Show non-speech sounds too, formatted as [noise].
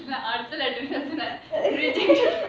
அடுத்த:adutha [laughs]